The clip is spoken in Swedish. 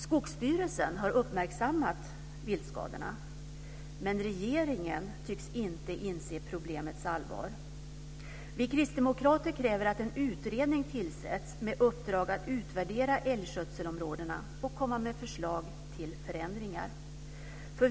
Skogsstyrelsen har uppmärksammat viltskadorna, men regeringen tycks inte inse problemets allvar. Vi kristdemokrater kräver att en utredning tillsätts med uppdrag att utvärdera älgskötselområdena och komma med förslag till förändringar.